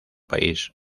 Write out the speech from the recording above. país